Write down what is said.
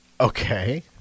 Okay